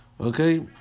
Okay